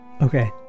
Okay